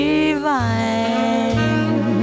Divine